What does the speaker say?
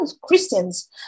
Christians